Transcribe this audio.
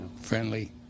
friendly